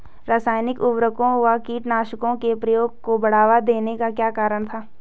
रासायनिक उर्वरकों व कीटनाशकों के प्रयोग को बढ़ावा देने का क्या कारण था?